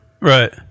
Right